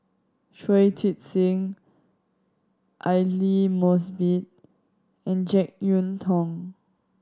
Shui Tit Sing Aidli Mosbit and Jek Yeun Thong